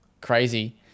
crazy